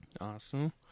Awesome